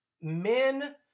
men